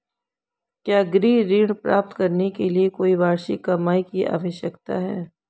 क्या गृह ऋण प्राप्त करने के लिए कोई वार्षिक कमाई की आवश्यकता है?